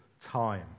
time